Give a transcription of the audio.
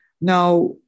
Now